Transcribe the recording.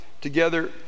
together